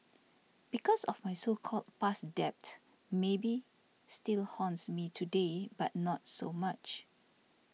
because of my so called past debt maybe still haunts me today but not so much